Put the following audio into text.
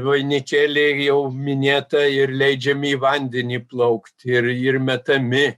vainikėliai jau minėta ir leidžiami į vandenį plaukt ir ir metami